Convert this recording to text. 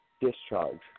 discharge